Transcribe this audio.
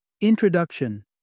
Introduction